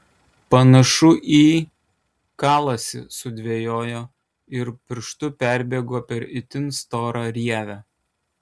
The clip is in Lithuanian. panašu į kalasi sudvejojo ir pirštu perbėgo per itin storą rievę